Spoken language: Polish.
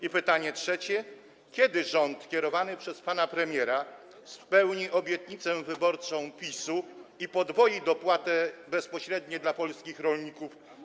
I pytanie trzecie: Kiedy rząd kierowany przez pana premiera spełni obietnicę wyborczą PiS-u i podwoi dopłaty bezpośrednie dla polskich rolników?